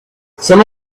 some